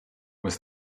was